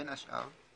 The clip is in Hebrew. בין השאר,